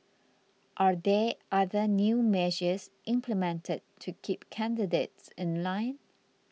are there other new measures implemented to keep candidates in line